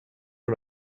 run